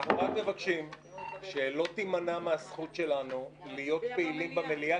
אנחנו רק מבקשים שלא תימנע מהזכות שלנו להיות פעילים במליאה,